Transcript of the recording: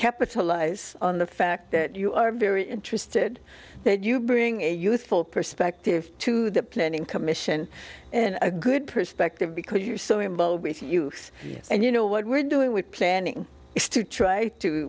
capitalize on the fact that you are very interested that you bring a youthful perspective to the planning commission and a good perspective because you're so involved with youth and you know what we're doing we're planning to try to